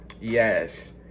yes